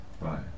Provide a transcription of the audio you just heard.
Right